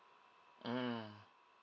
mm